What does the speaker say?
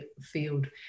field